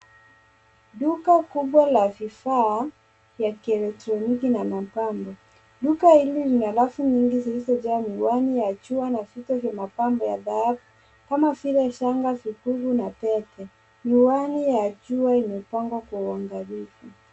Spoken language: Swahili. Duka kubwa la vifaa vya kielektroniki na mapambo. Duka hili lina rafu nyingi zilizojaa miwani ya jua na vito vya mapambo vya dhahabu kama vile vikuku, shanga na pete. Miwani ya jua imepangwa kwa uangalifu.